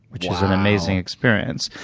which is an amazing experience.